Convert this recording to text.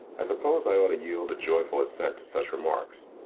i suppose i ought to yield a joyful assent to such remarks.